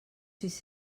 sis